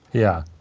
yeah.